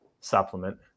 supplement